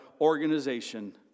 organization